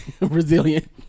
Resilient